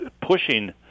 pushing